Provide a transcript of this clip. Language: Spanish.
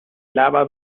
lava